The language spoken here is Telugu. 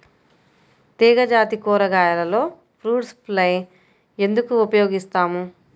తీగజాతి కూరగాయలలో ఫ్రూట్ ఫ్లై ఎందుకు ఉపయోగిస్తాము?